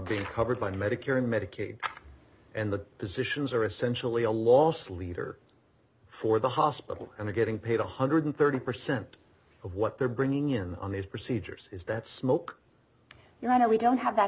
being covered by medicare and medicaid and the physicians are essentially a loss leader for the hospital and getting paid one hundred thirty percent of what they're bringing in on these procedures is that smoke you know we don't have that